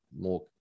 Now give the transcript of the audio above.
more